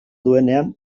duenean